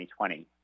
2020